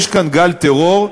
יש כאן גל טרור,